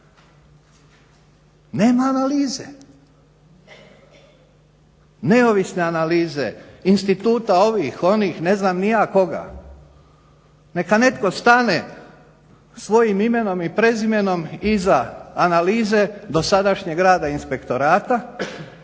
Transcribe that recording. Nema analize, neovisne analize instituta ovih, onih, ne znam ni ja koga. Neka netko stane svojim imenom i prezimenom iza analize dosadašnjeg rada inspektorata